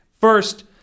first